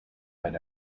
but